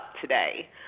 today